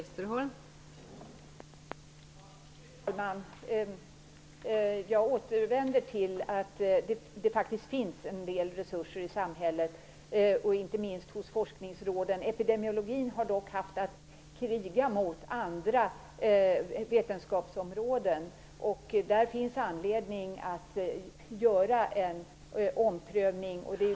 Fru talman! Jag återvänder till att det faktiskt finns en del resurser i samhället och inte minst hos forskningsråden. Epidemiologin har dock haft att kriga mot andra vetenskapsområden. Där finns anledning att göra en omprövning.